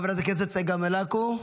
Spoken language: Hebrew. חברת הכנסת צגה מלקו,